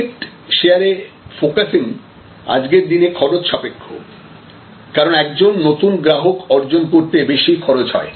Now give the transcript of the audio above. market শেয়ারে focusing আজকের দিনে খরচসাপেক্ষ কারণ একজন নতুন গ্রাহক অর্জন করতে বেশি খরচ হয়